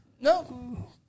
No